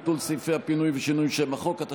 ביטול סעיפי הפינוי ושינוי שם החוק),